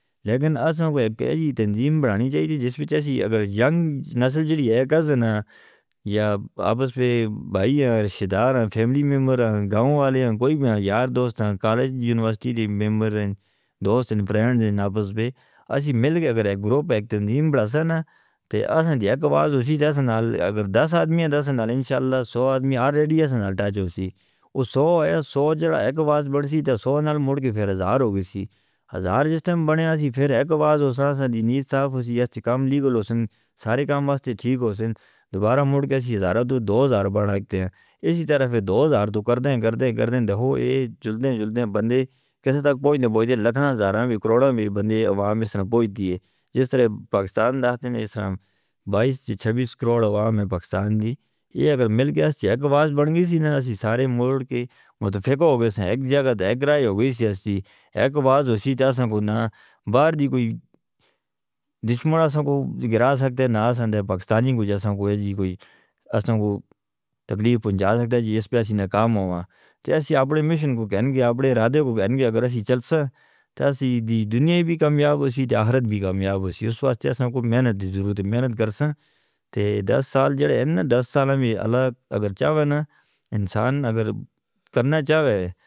لیکن اساں وہی بھی کہی دن دین برانی چاہیے جس وچ ایسی اگر جنگ نسل جیڑی ہے کزنہ یا آپس پہ بھائی یا رشتدار ہیں فیملی میمبر ہیں گاؤں والے ہیں کوئی بھی ہیں یار دوست ہیں کالج یونیورسٹی دے میمبر ہیں دوست ہیں پرینڈ ہیں۔ آپس پہ ایسی مل کے اگر گروپ ایک دن دین براتے ہیں تو اساں جی ایک آواز اسی تاسنا اگر دس آدمی ہیں دسنا انشاءاللہ سو آدمی آریڈی ہیں سنال ٹاچ ہوں سی۔ اس سو ہے سو جیڑا ایک آواز بڑھی سی تو سو نال مڑ کے پھر ہزار ہو گئی سی۔ ہزار جس طرح بنے ہیں سی پھر ایک آواز اساں دی نیس صاف ہوئی ہے۔ اس کام لیگل ہو سن سارے کام واسطے ٹھیک ہو سن دوبارہ مڑ کے ہزارہ دو دو ہزار بڑھا کرتے ہیں۔ اسی طرف دو ہزار تو کرتے ہیں کرتے ہیں دیکھو یہ جلتے جلتے بندے کس طرح تک پہننے پہننے ہیں لکھنا زاراں بھی کروڑاں بھی بندے عوام اسنا پہننے دی ہے۔ جس طرح پاکستان داستے ہیں اس طرح بائیس چھبیس کروڑ عوام پاکستان دی اگر مل گیا سی ایک آواز بڑھ گی سی نا اسیں سارے مڑ کے متفقہ ہو گئے ہیں ایک جگہ دا ایک راہ ہو گئی سی۔ اس طرح ایک آواز اسی تاں سان کو نا باہر دی کوئی دشمنہ سان کو گرا سکتے ہیں نا سان دے پاکستانی کوئی تاں سان کو ایہ جی کوئی اساں کو تکلیف پہنچا سکتے ہیں۔ جی اس پہ اسی نے کام ہوواں تو اسیں اپنے مشن کو کہیں گے اپنے ارادے کو کہیں گے۔ اگر اسیں چل سکھ تاں اس دنیا بھی کامیاب ہو سکھ تاں آخرت بھی کامیاب ہو سکھ تاں اس واسطے اساں کو محنت دی ضرورت ہے۔ محنت کرساں دس سال جیڑے اینہ دس سالاں بھی اللہ اگر چاہوے نا انسان اگر کرنا چاہے.